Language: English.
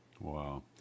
Wow